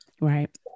Right